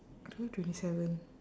today twenty seven